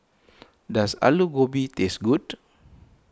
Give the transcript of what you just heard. does Aloo Gobi taste good